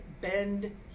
bend